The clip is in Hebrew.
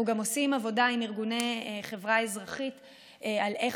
אנחנו גם עושים עבודה עם ארגוני חברה אזרחית על איך